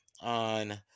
on